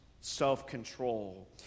self-control